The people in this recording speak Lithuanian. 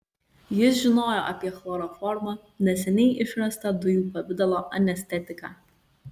jis žinojo apie chloroformą neseniai išrastą dujų pavidalo anestetiką